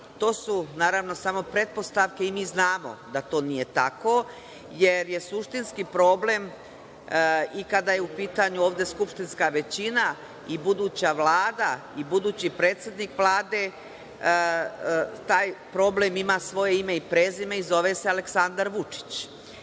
To su naravno samo pretpostavke i mi znamo da to nije tako, jer je suštinski problem i kada je u pitanju ovde skupštinska većina i buduća Vlada i budući predsednik Vlade, taj problem ima svoje ime i prezime i zove se Aleksandar